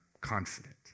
confident